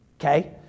Okay